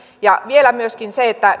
ja vielä myöskin